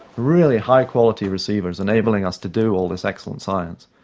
really high-quality receivers, enabling us to do all this excellent science.